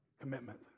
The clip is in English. commitment